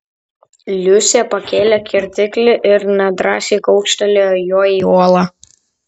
liusė pakėlė kirtiklį ir nedrąsiai kaukštelėjo juo į uolą